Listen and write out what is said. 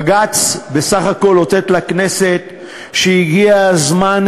בג"ץ בסך הכול אותת לכנסת שהגיע הזמן